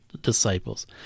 disciples